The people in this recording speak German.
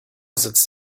sitzt